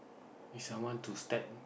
is I want to step